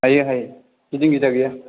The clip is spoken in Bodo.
हायो हायो गिदिं गिदा गैया